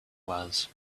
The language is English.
was